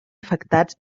afectats